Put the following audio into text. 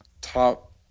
top